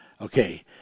Okay